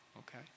Okay